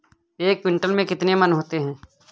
एक क्विंटल में कितने मन होते हैं?